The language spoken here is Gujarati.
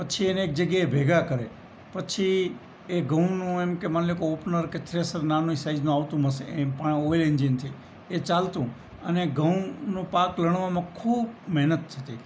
પછી એને એક જગ્યાએ ભેગા કરે પછી એ ઘંઉનું એમ કે માની લો કે ઓપનર કે થ્રેસર નાની સાઇઝનું આવતું ઓઇ એન્જિનથી એ ચાલતું અને ઘઉંનો પાક લણવામાં ખૂબ મહેનત થતી